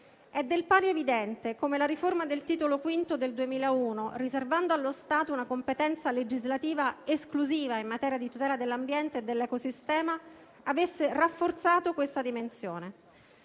È del pari evidente come la riforma del Titolo V del 2001, riservando allo Stato una competenza legislativa esclusiva in materia di tutela dell'ambiente e dell'ecosistema, avesse rafforzato questa dimensione.